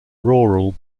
rural